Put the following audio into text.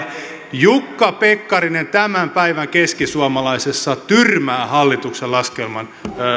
jukka pekkarinen tämän päivän keskisuomalaisessa tyrmää hallituksen laskelman